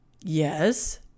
Yes